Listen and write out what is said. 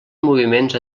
moviments